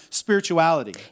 spirituality